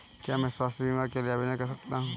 क्या मैं स्वास्थ्य बीमा के लिए आवेदन कर सकता हूँ?